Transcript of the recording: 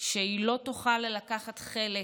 שהיא לא תוכל לקחת חלק